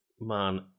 man